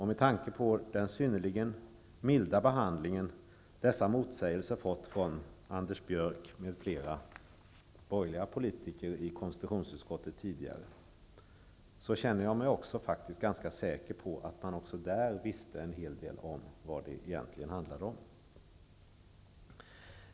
Med tanke på den synnerligen milda behandling som dessa motsägelser har fått av Anders Björck och andra borgerliga politiker i konstitutionsutskottet, känner jag mig faktiskt ganska säker på att man också där visste en hel del om vad det egentligen handlade om.